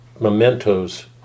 Mementos